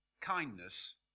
kindness